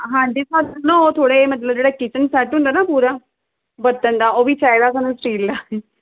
ਹਾਂਜੀ ਸਾਨੂੰ ਨਾ ਉਹ ਥੋੜ੍ਹਾ ਜਿਹਾ ਮਤਲਬ ਜਿਹੜਾ ਕਿਚਨ ਸੈੱਟ ਹੁੰਦਾ ਨਾ ਪੂਰਾ ਬਰਤਨ ਦਾ ਉਹ ਵੀ ਚਾਹੀਦਾ ਸਾਨੂੰ ਸਟੀਲ ਦਾ